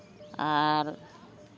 ᱟᱨ